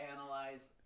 analyze